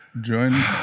join